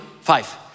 Five